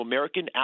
American